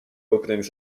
openings